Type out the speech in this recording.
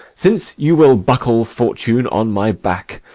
since you will buckle fortune on my back,